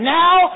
now